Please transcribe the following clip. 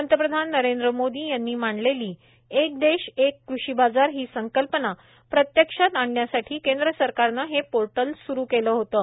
पंतप्रधान नरेंद्र मोदी यांनी मांडलेली एक देश एक कृषी बाजार ही संकल्पना प्रत्यक्षात आणण्यासाठी कैंद्र सरकारनं हे पोर्टल सुरु केलं होतं